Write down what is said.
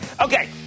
Okay